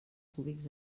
cúbics